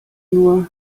nur